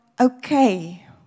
okay